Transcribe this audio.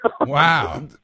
Wow